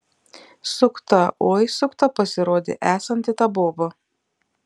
sukta oi sukta pasirodė esanti ta boba